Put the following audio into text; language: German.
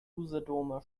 usedomer